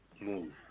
Move